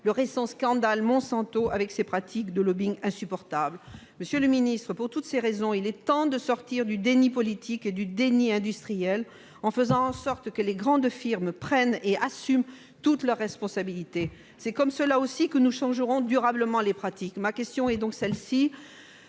le scandale Monsanto et la découverte de pratiques de lobbying insupportables. Monsieur le ministre, pour toutes ces raisons, il est temps de sortir du déni politique et industriel, en faisant en sorte que les grandes firmes prennent et assument toutes leurs responsabilités. C'est comme cela aussi que nous changerons durablement les pratiques. Parce que les